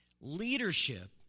Leadership